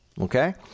Okay